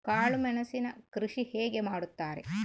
ಕಾಳು ಮೆಣಸಿನ ಕೃಷಿ ಹೇಗೆ ಮಾಡುತ್ತಾರೆ?